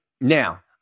Now